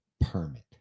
permit